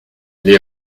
les